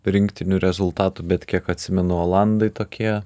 rinktinių rezultatų bet kiek atsimenu olandai tokie